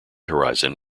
horizon